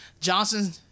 Johnson